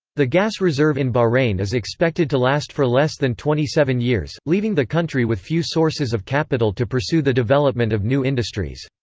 the gas reserve in bahrain is expected to last for less than twenty seven years, leaving the country with few sources of capital to pursue the development of new industries.